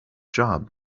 job